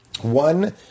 One